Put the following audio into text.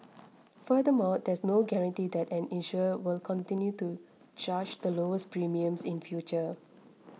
furthermore there is no guarantee that an insurer will continue to charge the lowest premiums in future